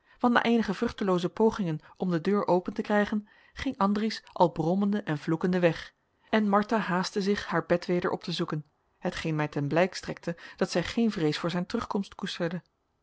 want na eenige vruchtelooze pogingen om de deur open te krijgen ging andries al brommende en vloekende weg en martha haastte zich haar bed weder op te zoeken hetgeen mij ten blijk strekte dat zij geen vrees voor zijn terugkomst koesterde